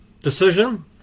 decision